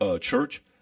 church